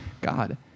God